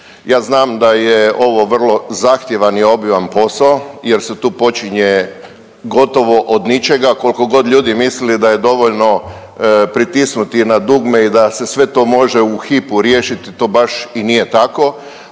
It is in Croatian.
Ja znam da je ovo vrlo zahtjevan i obiman posao jer se tu počinje od ničega koliko god ljudi mislili da je dovoljno pritisnuti na dugme i da se sve to može u hipu riješiti to baš i nije tako.